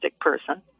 person